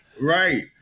right